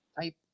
type